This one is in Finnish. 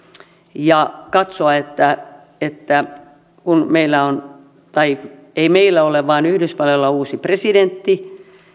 ja katsoa että että kun meillä on tai ei meillä ole vaan yhdysvalloilla uusi presidentti